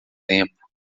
tempo